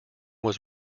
was